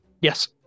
Yes